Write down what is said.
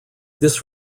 this